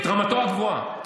רמתו הגבוהה.